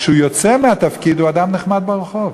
כשהוא יוצא מהתפקיד הוא אדם נחמד ברחוב,